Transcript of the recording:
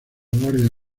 guardia